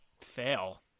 fail